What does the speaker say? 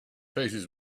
faces